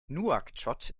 nouakchott